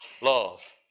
love